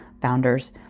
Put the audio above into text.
founders